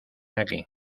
aquí